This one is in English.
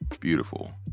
beautiful